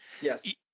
Yes